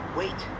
wait